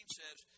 says